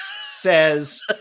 says